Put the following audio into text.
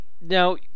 Now